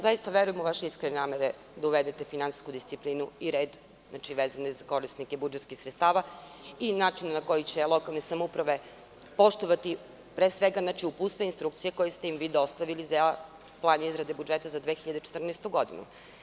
Zaista verujem u vaše iskrene namere da uvede finansijsku disciplinu i red vezano za korisnike budžetskih sredstava i način na koji će lokalne samouprave poštovati uputstva i instrukcije koje ste im vi dostavili za plan izrade budžeta za 2014. godinu.